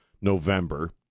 November